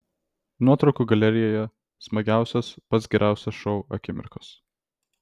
nuotraukų galerijoje smagiausios pats geriausias šou akimirkos